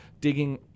digging